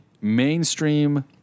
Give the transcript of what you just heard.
mainstream